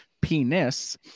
Penis